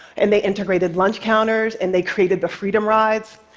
and they integrated lunch counters, and they created the freedom rides.